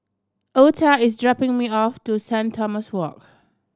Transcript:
Ota is dropping me off to Saint Thomas Walk